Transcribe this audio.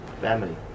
family